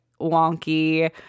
wonky